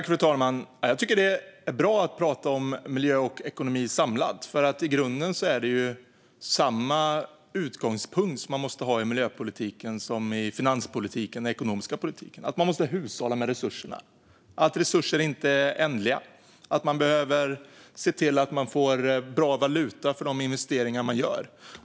Fru talman! Det är bra att prata om miljö och ekonomi på ett samlat sätt. I grunden måste man ha samma utgångspunkt i miljöpolitiken, finanspolitiken och den ekonomiska politiken, det vill säga att hushålla med resurserna. Resurser är inte oändliga, och man behöver se till att man får bra valuta för de investeringar man gör.